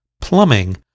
plumbing